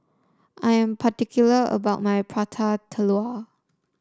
I am particular about my Prata Telur